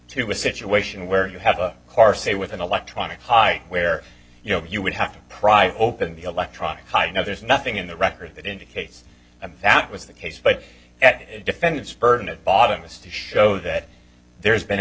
to a situation where you have a car say with an electronic high where you know you would have to pry open the electronic hide now there's nothing in the record that indicates that that was the case but at the defendant's burden of bottomless to show that there's been a